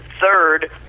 Third